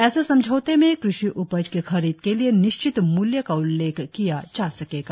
ऐसे समझौते में कृषि उपज की खरीद के लिए निश्चित मूल्य का उल्लेख किया जा सकेगा